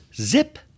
Zip